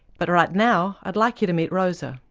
but right now i'd like you to meet rosa.